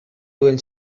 duen